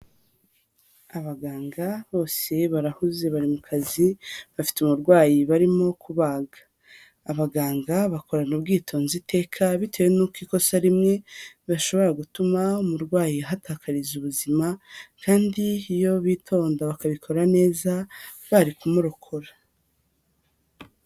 Abaganga bose barahuze bari mu kazi, bafite umurwayi barimo kubaga. Abaganga bakorana ubwitonzi iteka, bitewe n'uko ikosa rimwe bashobora gutuma umurwayi ahatakariza ubuzima kandi iyo bitonda bakabikora neza, bari kumurokora.